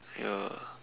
ya